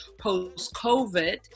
post-COVID